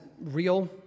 real